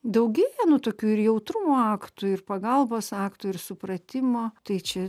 daugėja nu tokių ir jautrumo aktų ir pagalbos aktų ir supratimo tai čia